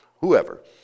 whoever